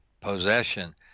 possession